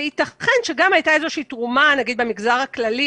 וייתכן שגם הייתה איזושהי תרומה נניח במגזר הכללי